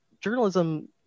journalism